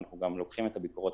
ואנחנו גם לוקחים את הביקורות,